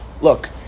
Look